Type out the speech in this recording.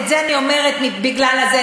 כי את זה אני אומרת בגלל הזה,